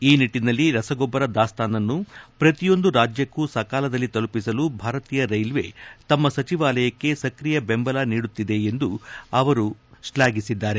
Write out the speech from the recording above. ಈ ನಿಟ್ಟನಲ್ಲಿ ರಸಗೊಬ್ಬರ ದಾಸ್ತಾನನ್ನು ಪ್ರತಿಯೊಂದು ರಾಜ್ಯಕ್ಕೂ ಸಕಾಲದಲ್ಲಿ ತಲುಪಿಸಲು ಭಾರತೀಯ ರೈಲ್ವೆ ತಮ್ಮ ಸಚವಾಲಯಕ್ಕೆ ಸಕ್ರಿಯ ಬೆಂಬಲ ನೀಡುತ್ತಿದೆ ಎಂದು ಅವರು ಶ್ಲಾಘಿಸಿದ್ದಾರೆ